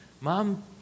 mom